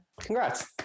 Congrats